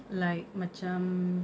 like macam